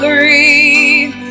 Breathe